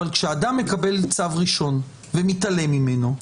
אבל כשאדם מקבל צו ראשון ומתעלם ממנו,